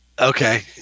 Okay